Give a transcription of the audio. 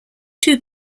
two